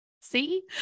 See